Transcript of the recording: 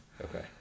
Okay